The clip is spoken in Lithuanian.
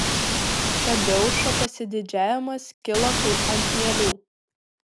tadeušo pasididžiavimas kilo kaip ant mielių